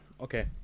okay